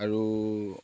আৰু